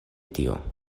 tio